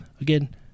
Again